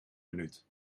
minuut